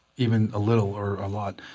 even a little or a lot.